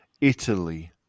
Italy